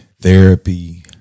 therapy